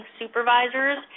supervisors